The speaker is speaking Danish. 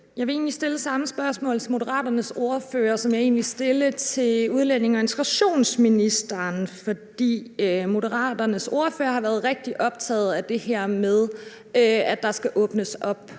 Jeg vil egentlig stille det samme spørgsmål til Moderaternes ordfører, som jeg stillede til udlændinge- og integrationsministeren, for Moderaternes ordfører har været rigtig optaget af det her med, at der skal åbnes op